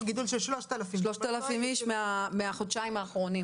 גידול של 3,000. 3,000 איש מהחודשיים האחרונים.